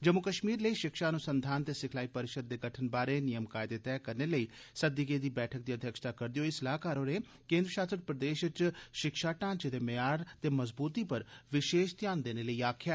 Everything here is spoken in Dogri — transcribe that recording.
जम्मू कश्मीर लेई शिक्षा अनुसंधान ते सिखलाई परिषद दे गठन बारै नियम कायदे तैह् करने लेई सद्दी गेदी बैठक दी अध्यक्षता करदे होई सलाहकार होरें केंद्र शासत प्रदेश च शिक्षा ढ़ांचे दे मयार ते मजबूती पर विशेष ध्यान देने लेई आक्खेआ